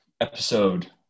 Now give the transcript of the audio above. episode